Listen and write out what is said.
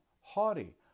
haughty